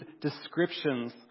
descriptions